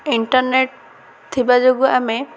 internet ଥିବା ଯୋଗୁଁ ଆମେ